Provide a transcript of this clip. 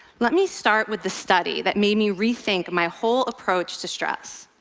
let me start with the study that made me rethink my whole approach to stress.